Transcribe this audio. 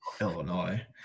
Illinois